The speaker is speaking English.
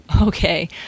okay